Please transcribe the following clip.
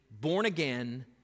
born-again